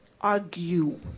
argue